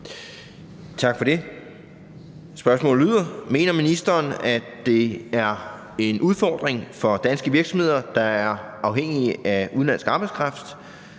Tak for det. Spørgsmålet lyder: Mener ministeren, at det er en udfordring for danske virksomheder, der er afhængige af udenlandsk arbejdskraft,